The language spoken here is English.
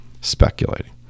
speculating